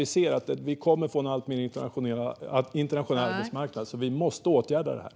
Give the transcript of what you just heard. Vi måste inse att vi kommer att få en alltmer internationell arbetsmarknad. Därför måste vi åtgärda detta.